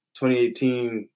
2018